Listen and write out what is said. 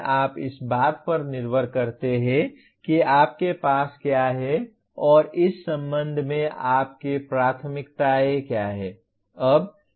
आप इस बात पर निर्भर करते हैं कि आपके पास क्या है और इस संबंध में आपकी प्राथमिकताएँ क्या हैं